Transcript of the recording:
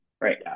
right